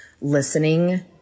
listening